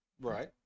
Right